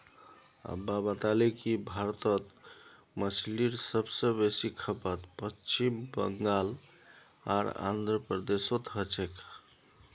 अब्बा बताले कि भारतत मछलीर सब स बेसी खपत पश्चिम बंगाल आर आंध्र प्रदेशोत हो छेक